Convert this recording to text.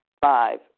five